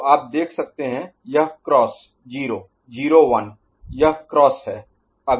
तो आप देख सकते हैं यह क्रॉस 0 0 1 यह क्रॉस है